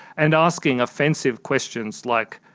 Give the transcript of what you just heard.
and asking offensive questions like,